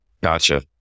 Gotcha